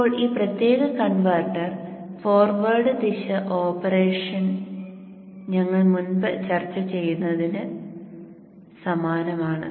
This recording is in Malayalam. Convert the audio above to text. ഇപ്പോൾ ഈ പ്രത്യേക കൺവെർട്ടർ ഫോർവേഡ് ദിശ ഓപ്പറേഷൻ ഞങ്ങൾ മുമ്പ് ചർച്ച ചെയ്തതിന് സമാനമാണ്